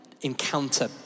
encounter